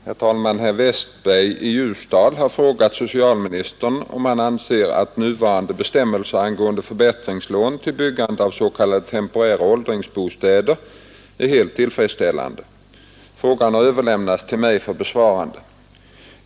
Herr talman! Herr Westberg i Ljusdal har frågat socialministern om han anser att nuvarande bestämmelser angående förbättringslån till byggande av s.k. temporära äldringsbostäder är helt tillfredsställande. Frågan har överlämnats till mig för besvarande.